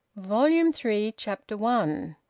volume three, chapter one.